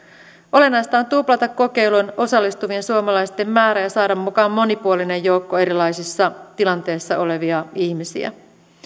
olennaista on tuplata kokeiluun osallistuvien suomalaisten määrä ja saada mukaan monipuolinen joukko erilaisissa tilanteissa olevia ihmisiä